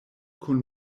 kun